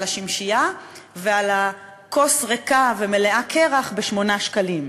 על השמשייה ועל הכוס הריקה המלאה קרח ב-8 שקלים,